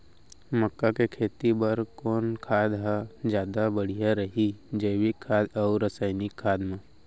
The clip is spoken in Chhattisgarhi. मक्का के खेती बर कोन खाद ह जादा बढ़िया रही, जैविक खाद अऊ रसायनिक खाद मा?